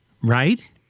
Right